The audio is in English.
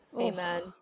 amen